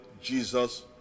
Jesus